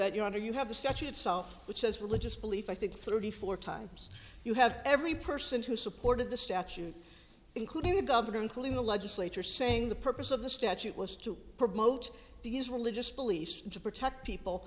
that your honor you have the statue itself which says religious belief i think thirty four times you have every person who supported the statute including the governor including the legislature saying the purpose of the statute was to promote these religious beliefs and to protect people